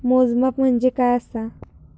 मोजमाप म्हणजे काय असा?